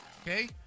okay